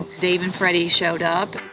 dave and freddy showed up.